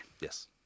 Yes